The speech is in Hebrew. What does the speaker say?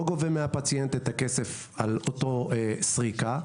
גובה מהפציינט את הכסף על אותה סריקה.